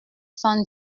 sans